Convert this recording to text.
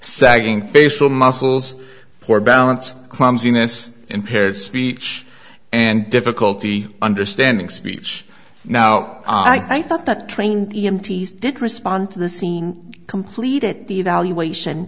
sagging facial muscles poor balance clumsiness impaired speech and difficulty understanding speech now i thought that training e m t stick respond to the scene completed the evaluation